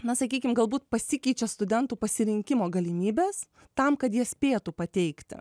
na sakykim galbūt pasikeičia studentų pasirinkimo galimybės tam kad jie spėtų pateikti